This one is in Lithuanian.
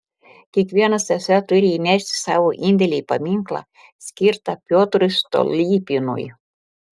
kiekvienas esą turi įnešti savo indėlį į paminklą skirtą piotrui stolypinui